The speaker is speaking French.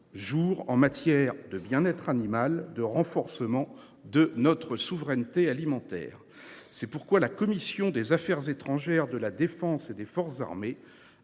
en matière de bien être animal et de renforcement de notre souveraineté alimentaire. C’est pourquoi la commission des affaires étrangères, de la défense et des forces armées